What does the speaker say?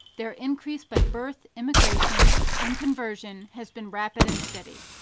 their increase by birth, immigration, and conversion has been rapid and steady.